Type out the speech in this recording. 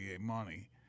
money